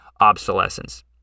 obsolescence